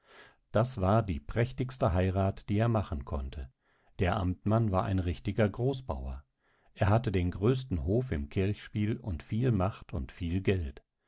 das war die prächtigste heirat die er machen konnte der amtmann war ein richtiger großbauer er hatte den größten hof im kirchspiel und viel macht und viel geld